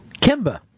Kimba